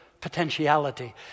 potentiality